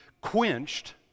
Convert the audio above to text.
quenched